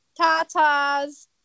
tatas